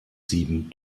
sieben